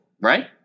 right